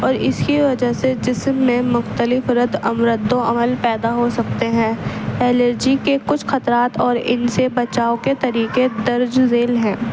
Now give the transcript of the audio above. اور اس کی وجہ سے جسم میں مختلف رد و عمل پیدا ہو سکتے ہیں الرجی کے کچھ خطرات اور ان سے بچاؤ کے طریقے درج ذیل ہیں